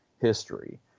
history